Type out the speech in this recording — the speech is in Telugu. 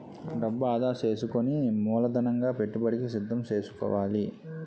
డబ్బు ఆదా సేసుకుని మూలధనంగా పెట్టుబడికి సిద్దం సేసుకోవాలి